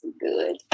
good